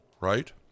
right